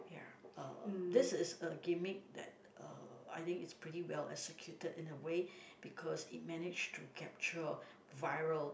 ya uh this is a gimmick that uh I think is pretty well executed in a way because it managed to capture viral